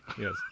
Yes